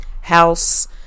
House